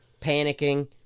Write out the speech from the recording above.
panicking